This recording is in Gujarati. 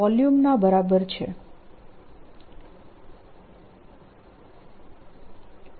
F0 Work done by electric fieldE